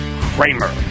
Kramer